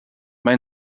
main